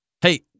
Hey